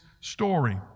story